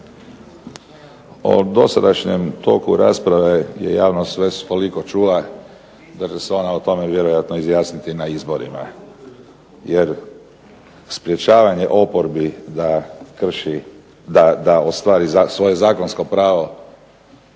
O dosadašnjem toku rasprave je javnost …/Ne razumije se./… čula, da će se ona o tome vjerojatno izjasniti na izborima, jer sprječavanje oporbi da krši, da ostvari svoje zakonsko pravo